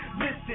listen